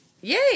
Yay